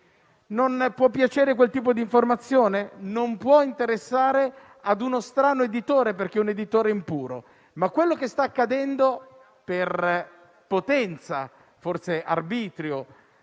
Non può piacere quel tipo di informazione? Non può interessare a uno strano editore, perché è impuro, ma quello che sta accadendo per potenza, forse arbitrio,